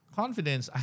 confidence